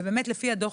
לפי הדוח